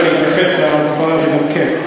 תכף אני אתייחס לדבר הזה גם כן.